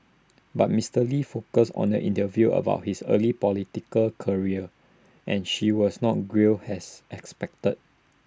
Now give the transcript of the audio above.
but Mister lee focused on the interview about his early political career and she was not grilled has expected